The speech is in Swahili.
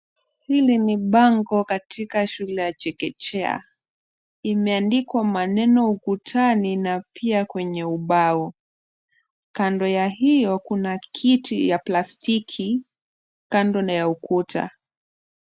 Hili ni bango katika shule ya Chekechea. Imeandikwa maneno ukutani na pia kwenye ubao. Kando ya hiyo kuna kiti ya plastiki, kando na ya ukuta.